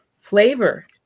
flavor